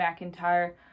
mcintyre